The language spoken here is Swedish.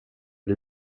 bli